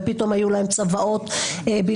ופתאום היו להן צוואות בלעדיות.